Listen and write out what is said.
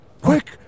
quick